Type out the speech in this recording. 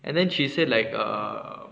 and then she said like err